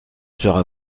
sera